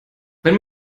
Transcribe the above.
wenn